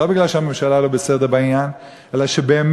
לא כי הממשלה לא בסדר בעניין, אלא כי באמת